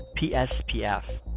PSPF